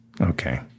Okay